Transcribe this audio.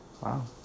Wow